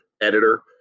editor